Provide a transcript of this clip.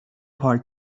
پارک